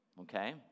Okay